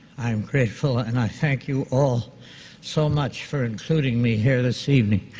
i am grateful and i thank you all so much for including me here this evening.